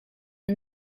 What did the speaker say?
are